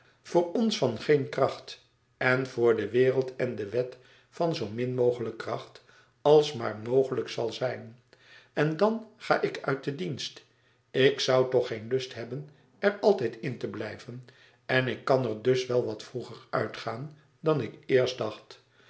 voor ons van geen kracht en voor de wereld en de wet van zoo min mogelijk kracht als maar mogelijk zal zijn en dan ga ik uit den dienst ik zoû toch geen lust hebben er altijd in te blijven en ik kan er dus wel wat vroeger uitgaan dan ik eerst dacht